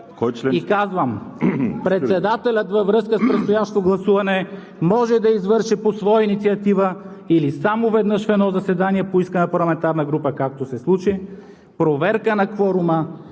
ал. 3: „Председателят във връзка с предстоящо гласуване може да извърши по своя инициатива или само веднъж в едно заседание по искане на парламентарната група проверка на кворума